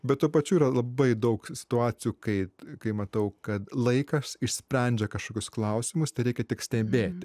bet tuo pačiu yra labai daug situacijų kai kai matau kad laikas išsprendžia kažkokius klausimus tereikia tik stebėti